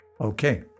Okay